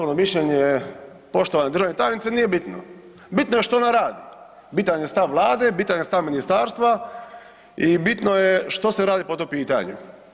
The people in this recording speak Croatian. mišljenje poštovane državne tajnice nije bitno, bitno je što ona radi, bitan je stav vlade, bitan je stav ministarstva i bitno je što se radi po tom pitanju.